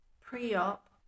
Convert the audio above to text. pre-op